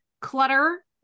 clutter